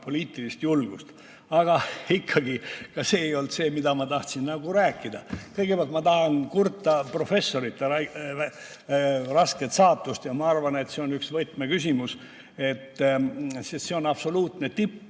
poliitilist julgust. Aga ikkagi, ka see ei olnud see, millest ma tahtsin rääkida. Kõigepealt tahan ma kurta professorite rasket saatust. Ma arvan, et see on üks võtmeküsimus. See on absoluutne tipp.